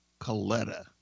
Coletta